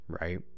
right